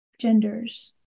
genders